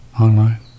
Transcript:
online